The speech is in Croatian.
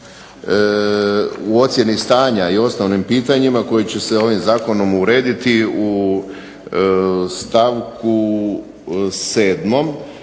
u ocjeni stanja i osnovnim pitanjima koji će se ovim zakonom urediti u stavku 7.